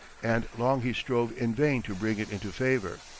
and long he strove in vain to bring it into favor.